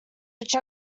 which